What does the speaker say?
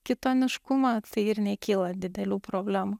kitoniškumą tai ir nekyla didelių problemų